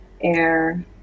Air